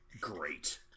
great